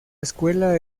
escuela